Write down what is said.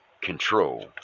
control